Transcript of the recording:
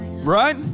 Right